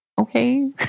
okay